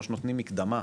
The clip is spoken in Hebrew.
או שנותנים מקדמה,